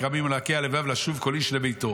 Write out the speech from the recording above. כרמים ולרכי הלבב לשוב כל איש לביתו"